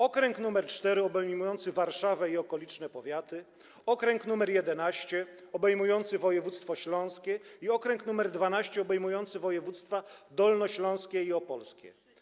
Okręg nr 4, obejmujący Warszawę i okoliczne powiaty, okręg nr 11, obejmujący województwo śląskie, i okręg nr 12, obejmujący województwa: dolnośląskie i opolskie.